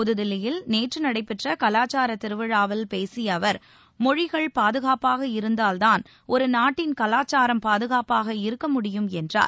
புதுதில்லியில் நேற்று நடைபெற்ற கலாச்சார திருவிழாவில் பேசிய அவர் மொழிகள் பாதுகாப்பாக இருந்தால்தான் ஒரு நாட்டின் கலாச்சாரம் பாதுகாப்பாக இருக்க முடியும் என்றார்